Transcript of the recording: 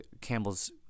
Campbells